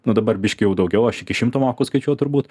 nu dabar biškį jau daugiau aš iki šimto moku skaičiuot turbūt